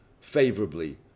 favorably